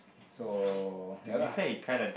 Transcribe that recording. so ya lah